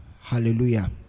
Hallelujah